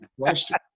Question